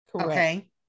okay